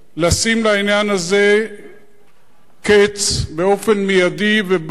לשים לעניין הזה קץ באופן מיידי וברור.